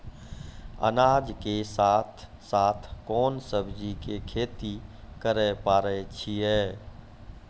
अनाज के साथ साथ कोंन सब्जी के खेती करे पारे छियै?